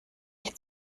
ich